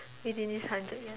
within this hundred years